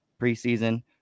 preseason